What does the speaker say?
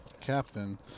Captain